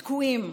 תקועים.